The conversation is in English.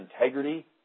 integrity